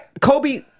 Kobe